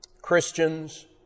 Christians